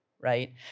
right